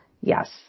Yes